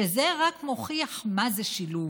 שזה רק מוכיח מה זה שילוב.